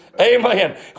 Amen